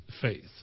faith